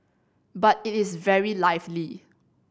but it is very lively